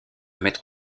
maître